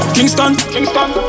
Kingston